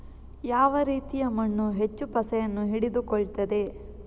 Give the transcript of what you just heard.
ಯಾವ ರೀತಿಯ ಮಣ್ಣು ಹೆಚ್ಚು ಪಸೆಯನ್ನು ಹಿಡಿದುಕೊಳ್ತದೆ?